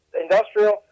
industrial